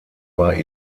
war